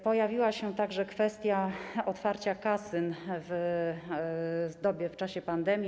Pojawiła się także kwestia otwarcia kasyn w dobie, w czasie pandemii.